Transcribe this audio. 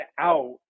out